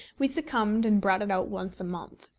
we succumbed, and brought it out once a month.